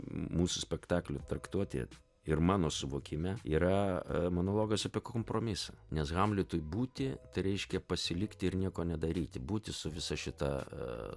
mūsų spektaklio traktuotė ir mano suvokime yra monologas apie kompromisą nes hamletui būti tai reiškia pasilikti ir nieko nedaryti būti su visa šita